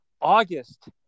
August